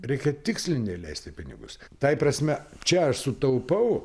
reikia tikslingai leisti pinigus tai prasme čia aš sutaupau